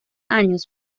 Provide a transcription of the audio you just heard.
años